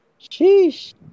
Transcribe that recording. Sheesh